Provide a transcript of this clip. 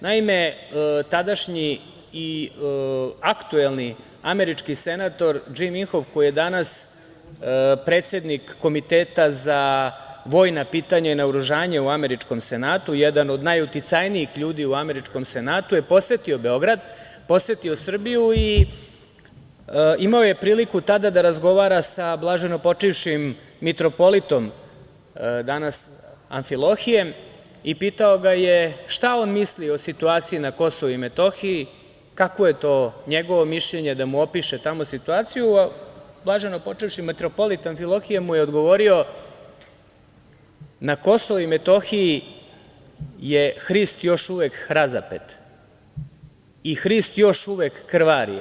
Naime, tadašnji aktuelni američki senator Džim Inhof, koji je danas predsednik Komiteta za vojna pitanja i naoružanje u američkom Senatu, jedan od najuticajnijih ljudi u američkom Senatu, je posetio Beograd, Srbiju i imao je priliku tada da razgovara sa blaženopočivšim mitropolitom Amfilohijem i pitao ga je šta on misli o situaciji na KiM, kakvo je to njegovo mišljenje, da mu opiše tamo situaciju, a blaženopočivši mitropolit Amfilohije mu je odgovorio: "Na Kim je Hrist još uvek razapet i Hrist još uvek krvari.